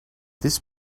this